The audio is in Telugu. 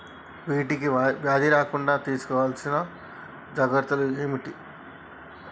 వీటికి వ్యాధి రాకుండా తీసుకోవాల్సిన జాగ్రత్తలు ఏంటియి?